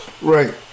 right